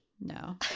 No